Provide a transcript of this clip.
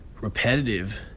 repetitive